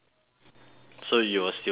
so you will still put lah